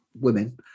women